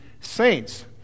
saints